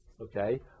okay